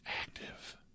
active